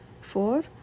Four